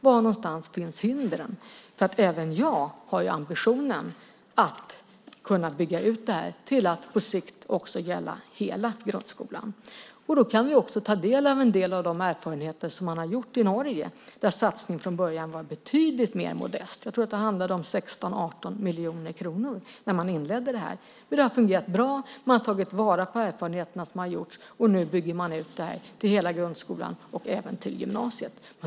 Var någonstans finns hindren? Även jag har nämligen ambitionen att kunna bygga ut det här till att på sikt gälla hela grundskolan. Då kan vi också ta del av en del av de erfarenheter som man har gjort i Norge, där satsningen från början var betydligt mer modest. Jag tror att det handlade om 16-18 miljoner kronor i inledningen. Men det har fungerat bra. Man har tagit vara på de erfarenheter som har gjorts. Nu bygger man ut det här till hela grundskolan och även till gymnasiet.